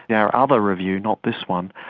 yeah our other review, not this one,